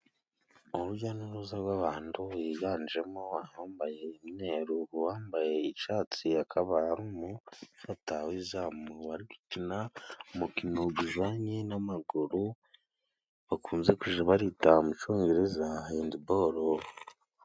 Uruja n'uruza rw'abantu biganjemo abambaye imyeru, uwambaye icatsi akaba ari umufata w'izamu, bari gukina umukino bijanye n'amaguru, bakunze kuja baritaha mu congereza hendibolo.